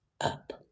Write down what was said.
up